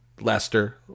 Lester